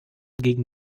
gegen